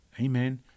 Amen